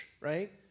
Right